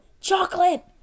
Chocolate